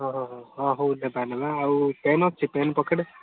ହଁ ହଁ ହଁ ହଁ ହଉ ନେବା ନେବା ଆଉ ପେନ୍ ଅଛି ପେନ୍ ପ୍ୟାକେଟ୍